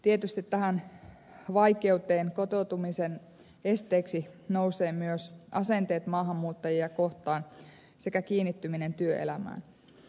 tietysti tähän vaikeuteen liittyväksi kotoutumisen esteeksi nousevat myös asenteet maahanmuuttajia kohtaan sekä kiinnittyminen työelämään